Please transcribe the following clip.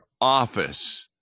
office